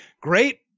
great